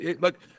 look